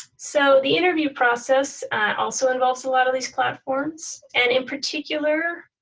so the interview process also involves a lot of these platforms. and in particular,